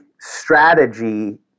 strategy